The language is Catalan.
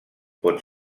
pot